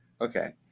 Okay